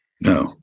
No